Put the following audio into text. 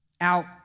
out